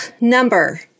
number